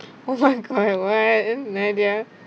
oh my god what nadia